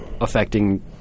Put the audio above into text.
affecting